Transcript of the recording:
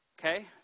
Okay